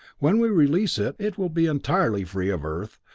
when we release it, it will be entirely free of earth,